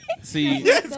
See